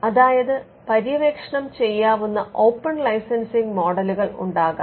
അതായത് പര്യവേക്ഷണം ചെയ്യാവുന്ന ഓപ്പൺ ലൈസൻസിംഗ് മോഡലുകൽ ഉണ്ടാകാം